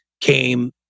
came